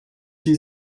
sie